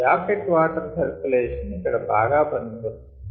jacket water circulation ఇక్కడ బాగా పనికొస్తుంది